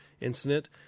incident